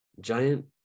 giant